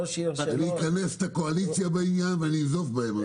--- אכנס את הקואליציה בעניין זה ואנזוף בהם.